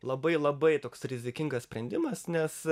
labai labai toks rizikingas sprendimas nes